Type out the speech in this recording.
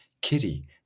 Kitty